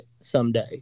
someday